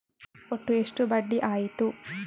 ಒಟ್ಟು ಎಷ್ಟು ಬಡ್ಡಿ ಆಯಿತು?